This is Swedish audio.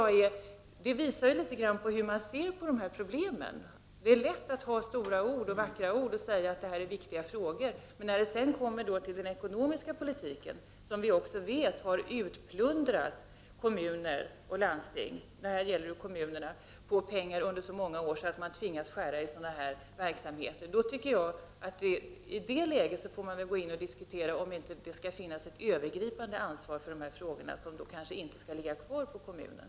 Det visar litet hur man ser på problemen. Det är lätt att komma med stora, vackra ord och säga att det är viktiga frågor, men när det kommer till den ekonomiska politiken, som har utplundrat kommuner och landsting på pengar under så många år att de tvingas skära i sådana verksamheter, måste man diskutera om det bör tas ett övergripande ansvar för dessa frågor som kanske inte skall ligga kvar på kommunen.